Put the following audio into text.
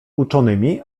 uczonymi